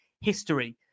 history